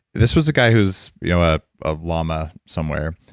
this was a guy who's you know ah a llama somewhere,